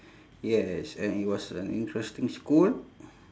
yes and it was an interesting school